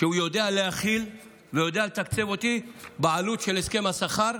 שהוא יודע להכיל ויודע לתקצב אותי בעלות של הסכם השכר,